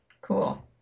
Cool